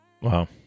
Wow